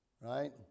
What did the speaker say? right